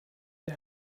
der